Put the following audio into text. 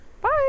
Bye